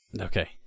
Okay